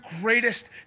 greatest